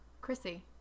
Chrissy